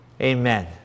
Amen